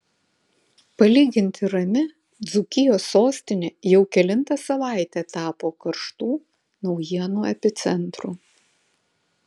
palyginti rami dzūkijos sostinė jau kelintą savaitę tapo karštų naujienų epicentru